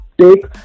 take